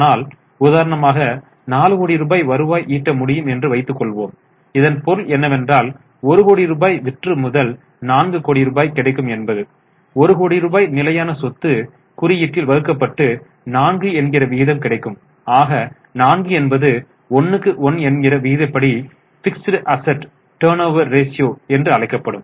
ஆனால் உதாரணமாக 4 கோடி ரூபாய் வருவாய் ஈட்ட முடியும் என்று வைத்துக் கொள்வோம் இதன் பொருள் என்னவென்றால் 1 கோடி ரூபாய் விற்றுமுதல் 4 கோடி ரூபாய் கிடைக்கும் என்பது 1 கோடி ரூபாய் நிலையான சொத்து குறியீட்டில் வகுக்கப்பட்டு 4 என்ற விகிதம் கிடைக்கும் ஆக 4 என்பது 1 க்கு 1 என்ற விகிதப்படி பிக்ஸ்ட் அசெட் டர்ன்ஓவர் ரேஸியோ என்று அழைக்கப்படும்